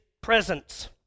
presence